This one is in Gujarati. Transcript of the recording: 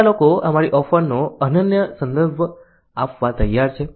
કેટલા લોકો અમારી ઓફરનો અન્યને સંદર્ભ આપવા તૈયાર છે